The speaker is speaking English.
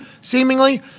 seemingly